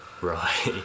Right